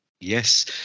Yes